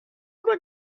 oder